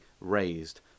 raised